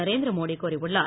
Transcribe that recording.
நரேந்திர மோடி கூறியுள்ளார்